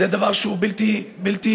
וזה דבר שהוא בלתי מקובל.